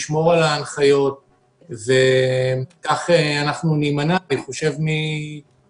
ישמור על ההנחיות וכך אנחנו נימנע מחיכוכים.